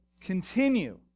continue